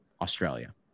Australia